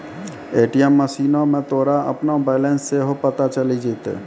ATM मशीनो मे तोरा अपनो बैलेंस सेहो पता चलि जैतै